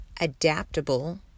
adaptable